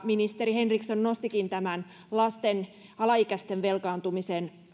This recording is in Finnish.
ministeri henriksson nostikin lasten alaikäisten velkaantumisen